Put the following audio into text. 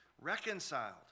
reconciled